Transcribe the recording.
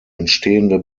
entstehende